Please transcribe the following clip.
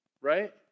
right